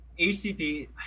HCP